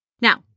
Now